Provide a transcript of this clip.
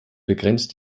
begrenzt